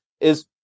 is-